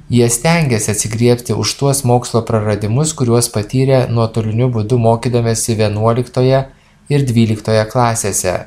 jie stengiasi atsigriebti už tuos mokslo praradimus kuriuos patyrė nuotoliniu būdu mokydamiesi vienuoliktoje ir dvyliktoje klasėse